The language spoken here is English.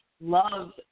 Loved